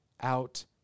out